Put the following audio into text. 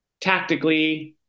tactically